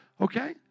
okay